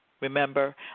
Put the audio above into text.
Remember